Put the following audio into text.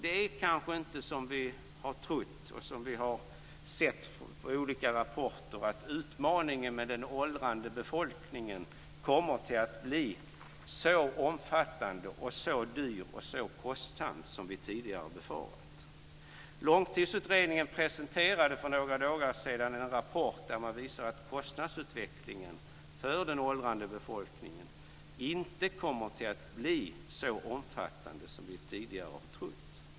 Det är kanske inte så, som vi har trott och som vi har läst i olika rapporter, att utmaningen med den åldrande befolkningen kommer att bli så omfattande och kostsam som vi tidigare har befarat. Långtidsutredningen presenterade för några dagar sedan en rapport som visar att kostnadsutvecklingen för den åldrande befolkningen inte kommer att bli så omfattande som vi tidigare har trott.